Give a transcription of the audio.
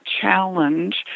challenge